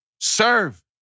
serve